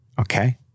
Okay